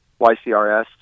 YCRS